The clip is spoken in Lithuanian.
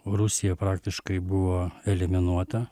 rusija praktiškai buvo eliminuota